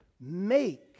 make